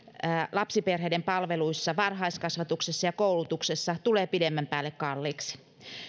lapsiperheiden palveluissa varhaiskasvatuksessa ja koulutuksessa tulee pidemmän päälle kalliiksi